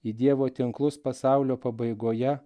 į dievo tinklus pasaulio pabaigoje